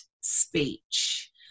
speech